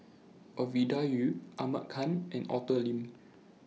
Ovidia Yu Ahmad Khan and Arthur Lim